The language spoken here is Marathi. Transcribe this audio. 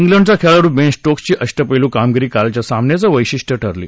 श्रिंडचा खेळाडू बेन स्क्रिसची अष्टपैलु कामगिरी कालच्या सामन्याचं वैशिष्ट्य ठरली